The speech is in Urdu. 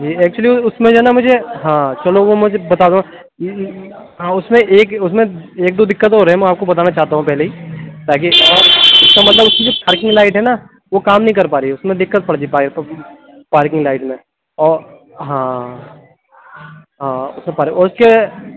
جی ایکچولی اُس میں جو ہے نہ مجھے ہاں چلو وہ مجھے بتا دو ہاں اُس میں ایک اُس میں ایک دو دقت اور ہے میں آپ کو بتانا چاہتا ہوں پہلے ہی تاکہ اُس کا مطلب ہے اُس کی جو پارکنگ لائٹ ہے نہ وہ کام نہیں کر پا رہی ہے وہ دقت کر رہی ہے پارکنگ لائٹ میں اور ہاں اور اُس کے